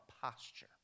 posture